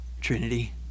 Trinity